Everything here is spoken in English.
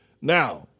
Now